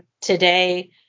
today